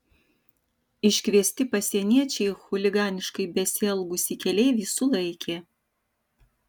iškviesti pasieniečiai chuliganiškai besielgusį keleivį sulaikė